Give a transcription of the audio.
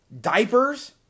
diapers